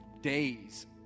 days